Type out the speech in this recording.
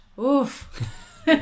oof